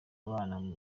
abana